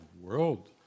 world